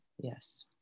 Yes